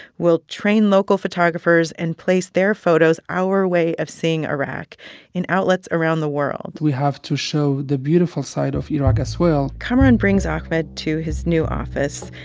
we'll train local photographers and place their photos our way of seeing iraq in outlets around the world we have to show the beautiful side of iraq as well kamaran brings ahmed to his new office,